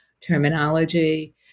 terminology